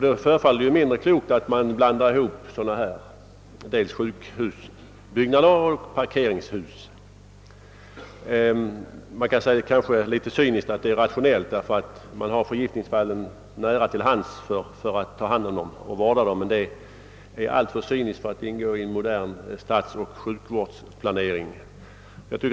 Det förefaller då mindre klokt att blanda ihop sjukhusbyggnader och parkeringshus. Man kan kanske säga att detta är rationellt, eftersom man har förgiftningsfallen nära till hands när man skall vårda dem, men det är alltför cyniskt för att ingå i en modern stadsoch sjukvårdsplanering.